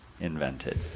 invented